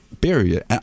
barrier